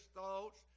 thoughts